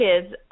kids